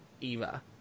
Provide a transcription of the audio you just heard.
Eva